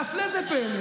והפלא ופלא,